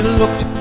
looked